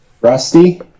Rusty